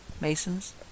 masons